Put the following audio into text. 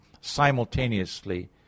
simultaneously